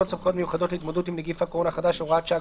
תקנה 13 1. בתקנות סמכויות מיוחדות להתמודדות עם נגיף